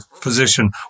position